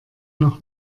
noch